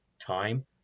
time